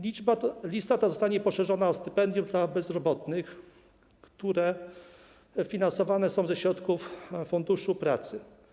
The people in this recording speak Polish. Lista ta zostanie poszerzona o stypendia dla bezrobotnych, które finansowane są ze środków Funduszu Pracy.